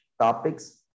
topics